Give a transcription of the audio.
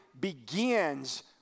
begins